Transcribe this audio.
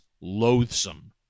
loathsome